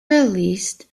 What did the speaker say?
released